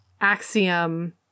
axiom